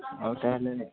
ଆଉ ତା'ହେଲେ